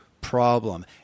problem